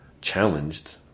challenged